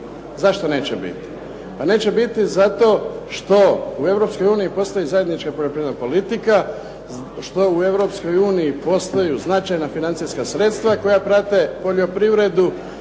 Zašto neće biti? Pa neće biti zato što u Europskoj uniji postoji zajednička poljoprivredna politika što u Europskoj uniji postoje značajna financijska sredstva koja prate poljoprivredu.